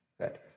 Good